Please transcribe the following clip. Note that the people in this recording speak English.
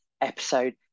episode